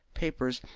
papers,